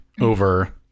over